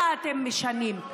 מה אתם משנים,